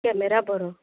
camera बरो